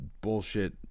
bullshit